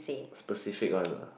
specific one ah